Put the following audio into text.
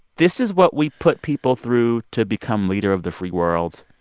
this is what we put people through to become leader of the free world,